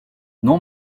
non